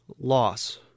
loss